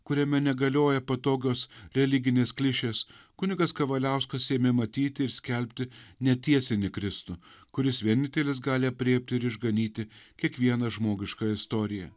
kuriame negalioja patogios religinės klišės kunigas kavaliauskas ėmė matyti ir skelbti netiesinį kristų kuris vienintelis gali aprėpti ir išganyti kiekvieną žmogišką istoriją